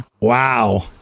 Wow